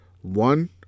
one